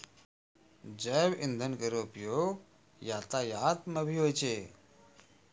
जैव इंधन केरो उपयोग सँ यातायात म भी होय छै